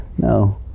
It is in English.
No